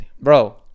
bro